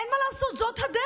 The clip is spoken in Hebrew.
אין מה לעשות, זאת הדרך.